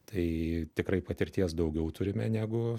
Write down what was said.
tai tikrai patirties daugiau turime negu